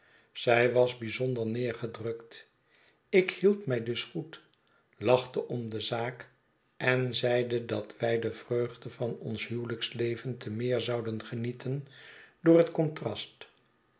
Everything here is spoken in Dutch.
zij was bijzonder neergedrukt ik hield mij dus goed lachte om de zaak en zeide dat wij de vreugde van ons huwelijksleven te meer zouden genieten door het contrast